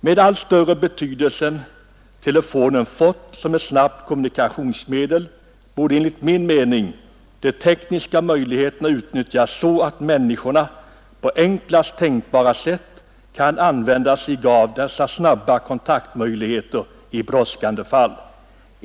Med den allt större betydelse telefonen fått som ett snabbt kommunikationsmedel borde enligt min mening de tekniska möjligheterna utnyttjas så att människorna på enklast tänkbara sätt kan använda dessa snabba kontaktmöjligheter i brådskande fall.